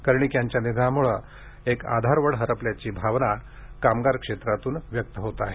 कर्णिक यांच्या निधनामुळं आधारवड हरपल्याची भावना कामगार क्षेत्रातून व्यक्त होत आहे